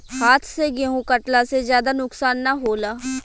हाथ से गेंहू कटला से ज्यादा नुकसान ना होला